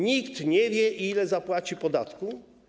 Nikt nie wie, ile zapłaci podatku.